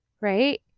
right